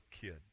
kid